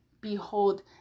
behold